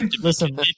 listen